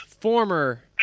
Former